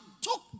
took